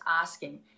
asking